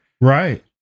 Right